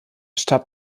starb